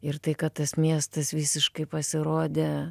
ir tai kad tas miestas visiškai pasirodė